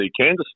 Kansas